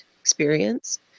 experience